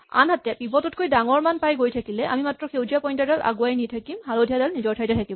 আনহাতে পিভট তকৈ ডাঙৰ মান পাই গৈ থাকিলে আমি মাত্ৰ সেউজীয়া পইন্টাৰ ডাল আগুৱাই নি থাকিম হালধীয়া ডাল নিজৰ ঠাইতে থাকিব